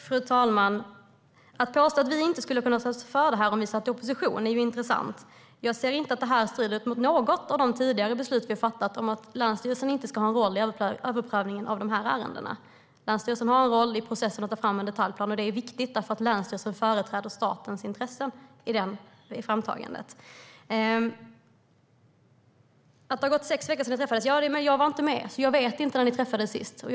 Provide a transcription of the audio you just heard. Fru talman! Att påstå att vi inte skulle vara för detta om vi hade suttit i opposition är intressant. Jag ser inte att detta strider mot något av de tidigare beslut som vi har fattat om att länsstyrelsen inte ska ha en roll i överprövningen av dessa ärenden. Länsstyrelsen har en roll i processen att ta fram en detaljplan. Det är viktigt därför att länsstyrelsen företräder statens intressen i detta framtagande. Det sägs att det har gått sex veckor sedan ni träffades. Men jag var inte med, så jag vet inte när ni senast träffades.